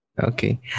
Okay